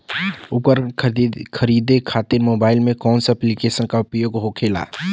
उपकरण खरीदे खाते मोबाइल में कौन ऐप्लिकेशन का उपयोग होखेला?